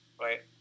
right